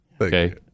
Okay